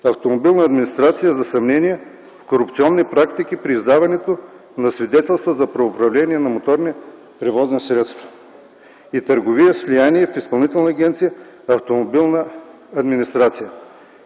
„Автомобилна администрация” за съмнения в корупционни практики при издаването на свидетелства за правоуправление на моторни превозни средства и търговия с влияние в Изпълнителна агенция „Автомобилна администрация”.